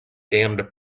damned